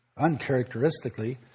uncharacteristically